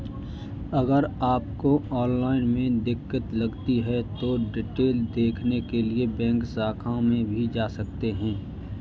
अगर आपको ऑनलाइन में दिक्कत लगती है तो डिटेल देखने के लिए बैंक शाखा में भी जा सकते हैं